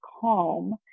calm